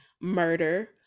murder